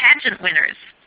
pageant winners